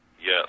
Yes